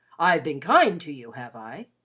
i have been kind to you, have i?